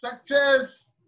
success